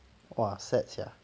!wah! sad sia